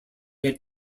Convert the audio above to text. had